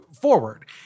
forward